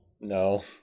No